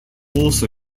also